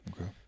okay